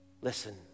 Listen